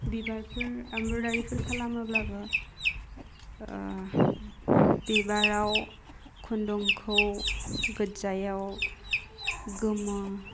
बिबारफोर एम्ब्रदारिफोर खालामोब्लाबो ओह बिबाराव खुन्दुंखौ गोज्जायाव गोमो